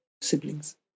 siblings